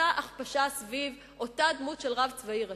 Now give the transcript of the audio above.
מסע הכפשה סביב אותה דמות של רב צבאי ראשי.